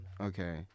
Okay